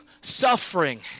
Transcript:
suffering